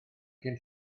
cyn